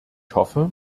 hoffe